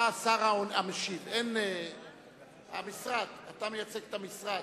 אתה השר המשיב, אתה מייצג את המשרד.